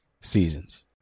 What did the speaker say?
seasons